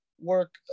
work